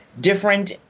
different